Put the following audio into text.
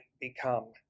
become